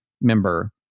member